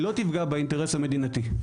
היא לא תפגע באינטרס המדינתי.